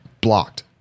blocked